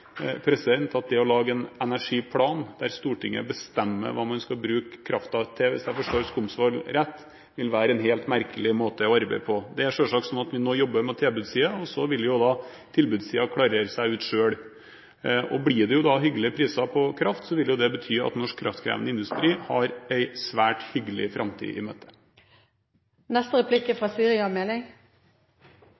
at det å lage en energiplan der Stortinget bestemmer hva man skal bruke kraften til, hvis jeg forstår Skumsvoll rett, vil være en helt merkelig måte å arbeide på. Det er selvsagt sånn at vi nå jobber opp mot tilbudssiden, og så vil jo da tilbudssiden klarere seg ut selv. Blir det da hyggelige priser på kraft, vil det bety at norsk kraftkrevende industri går en svært hyggelig framtid i møte. Vi er